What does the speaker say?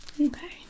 Okay